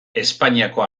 espainiako